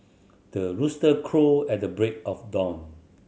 the rooster crow at the break of dawn